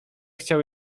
chciał